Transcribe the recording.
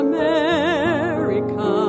America